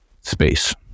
space